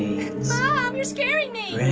you're scaring me